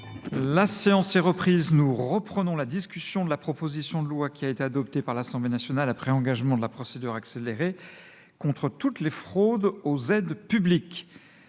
La séance est reprise. Nous reprenons la discussion de la proposition de loi qui a été adoptée par l'Assemblée nationale après engagement de la procédure accélérée contre toutes les fraudes aux aides publiques.